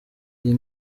iyi